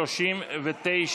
לא עובד.